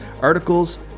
Articles